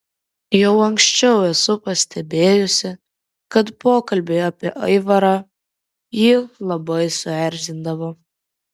jau anksčiau esu pastebėjusi kad pokalbiai apie aivarą jį labai suerzindavo